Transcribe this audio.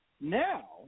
now